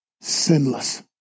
sinless